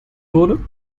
wurde